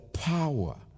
Power